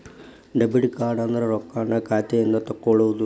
debit ಅಂದ್ರ ರೊಕ್ಕಾನ್ನ ಖಾತೆಯಿಂದ ತೆಕ್ಕೊಳ್ಳೊದು